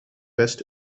west